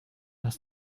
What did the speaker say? das